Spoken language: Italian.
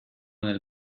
nel